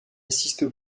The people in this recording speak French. assiste